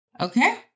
Okay